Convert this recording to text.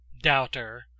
doubter